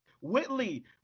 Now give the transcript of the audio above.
whitley